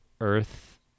earth